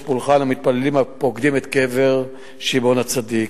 פולחן למתפללים הפוקדים את קבר שמעון הצדיק.